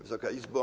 Wysoka Izbo!